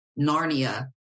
Narnia